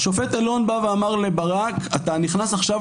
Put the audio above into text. השופט אלון בא ואמר לברק: אתה נכנס עכשיו